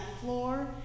floor